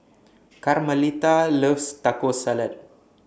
Carmelita loves Taco Salad